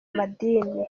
madini